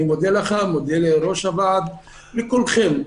אני מודה לך, מודה ליושב-ראש הוועדה, לכולכם.